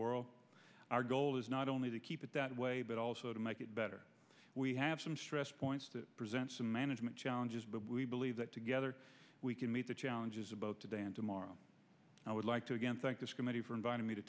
world our goal is not only to keep it that way but also to make it better we have some stress points to present some management challenges but we believe that together we can meet the challenges about today and tomorrow i would like to again thank this committee for inviting me to